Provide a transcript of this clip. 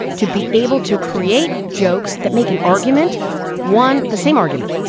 to be able to create jokes that make an argument one. the same argument,